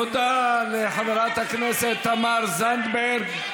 תודה לחברת הכנסת תמר זנדברג.